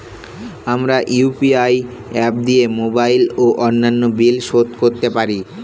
আমরা UPI app দিয়ে mobile ও অন্যান্য বিল শোধ করতে পারি